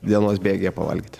dienos bėgyje pavalgyti